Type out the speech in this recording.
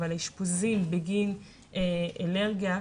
בגין אלרגיה,